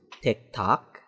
TikTok